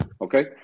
Okay